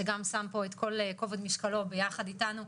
שגם שם פה את כל כובד משקלו ביחד איתנו,